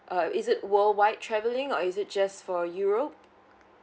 uh is it worldwide travelling or is it just for europe